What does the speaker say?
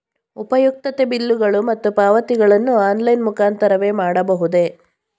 ಉಪಯುಕ್ತತೆ ಬಿಲ್ಲುಗಳು ಮತ್ತು ಪಾವತಿಗಳನ್ನು ಆನ್ಲೈನ್ ಮುಖಾಂತರವೇ ಮಾಡಬಹುದೇ?